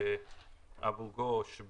באבו גוש,